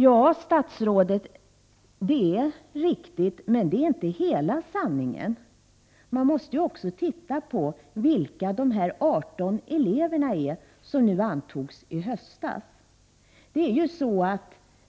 Ja, statsrådet, det är riktigt men det är inte hela sanningen. Man måste ju också titta på vilka de 18 elever är som antogs nu i höstas.